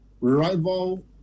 rival